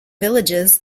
villages